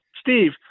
Steve